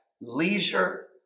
Leisure